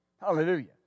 Hallelujah